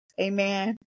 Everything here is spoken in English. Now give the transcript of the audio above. Amen